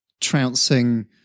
trouncing